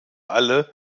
alle